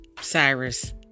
Cyrus